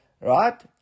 Right